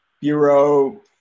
Bureau